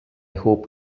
hope